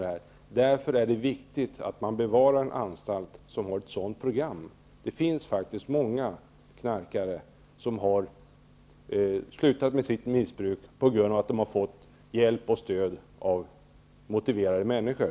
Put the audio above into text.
Det är därför viktigt att man bevarar en anstalt som har ett sådant program. Många knarkare har faktiskt slutat med sitt missbruk tack vare att de har fått hjälp och stöd av motiverade människor.